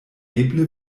eble